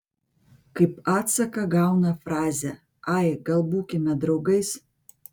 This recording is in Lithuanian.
kaip atsaką gauna frazę ai gal būkime draugais